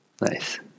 nice